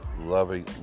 loving